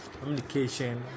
communication